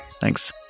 Thanks